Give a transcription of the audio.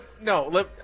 no